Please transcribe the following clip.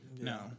No